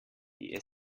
die